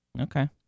Okay